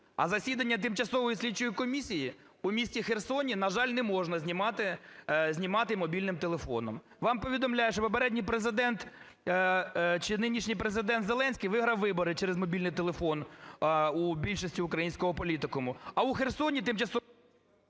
А засідання тимчасової слідчої комісії у місті Херсоні, на жаль, не можна знімати мобільним телефоном. Вам повідомляють, що попередній Президент чи нинішній Президент Зеленський виграв вибори через мобільний телефон у більшості українського політикуму. А у Херсоні… ГОЛОВУЮЧИЙ.